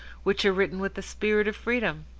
which are written with a spirit of freedom.